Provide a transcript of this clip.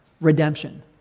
redemption